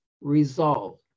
resolve